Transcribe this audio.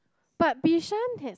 but Bishan had